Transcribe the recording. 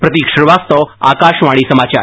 प्रतीक श्रीवास्तव आकाशवाणी समाचार